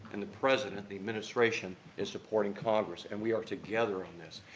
and the president, the administration, is supporting congress, and we are together on this.